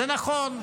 זה נכון.